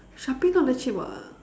sharpie not that cheap [what]